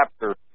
chapter